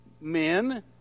men